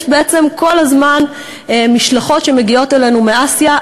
יש בעצם כל הזמן משלחות שמגיעות אלינו מאסיה,